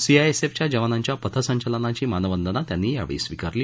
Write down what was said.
सीआयएसएफच्या जवानांच्या पथ संचलनाची मानवंदना त्यांनी यावछी स्वीकारली